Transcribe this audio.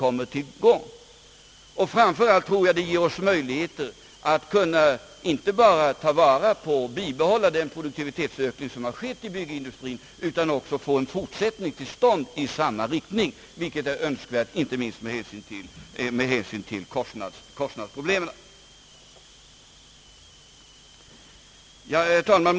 Och framför allt tror jag att denna ökning ger oss möjligheter att inte bara bibehålla den produktivitetsökning som skett inom byggindustrin utan även få till stånd en fortsatt utveckling i samma riktning, vilket är önskvärt inte minst med hänsyn till kostnadsproblemen. Herr talman!